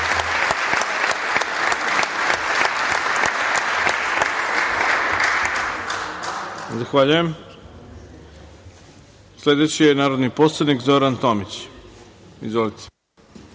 Zahvaljujem. Sledeći je narodni poslanik je Zoran Tomić. Izvolite.